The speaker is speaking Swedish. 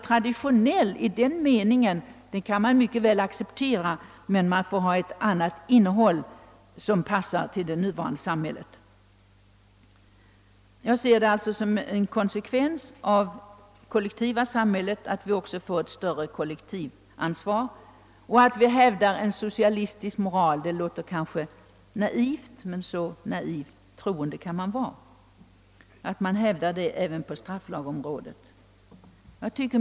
Traditionell i den meningen kan en ny beredning få vara, men den måste ha ett annat innehåll som passar till ett annat samhälle. En konsekvens av det kollektiva samhället måste bli ett större kollektivt ansvar. Att vi hävdar en socialistisk moral, låter kanske naivt, men så naivt troende kan man vara, att man hävdar detta även på straffrättsområdet.